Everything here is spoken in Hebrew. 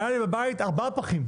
היו לי בבית ארבעה פחים,